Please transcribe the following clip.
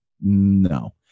No